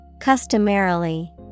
Customarily